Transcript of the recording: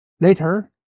Later